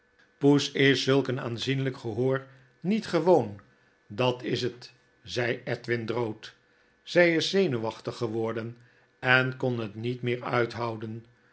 poes is zulk een aanzienljjk gehoor niet gewoon dat is het zei edwin drood zy is zenuwachtig geworden en kon het niet meer uithouden